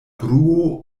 bruo